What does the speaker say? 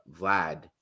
vlad